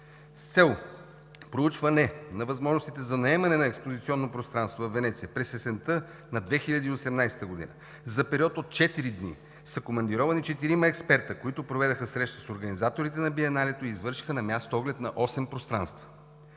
С цел проучване на възможностите за наемане на експозиционно пространство във Венеция през есента на 2018 г. за период от четири дни са командировани четирима експерти, които проведоха среща с организаторите на Биеналето и извършиха на място оглед на осем пространства.